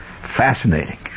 Fascinating